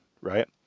right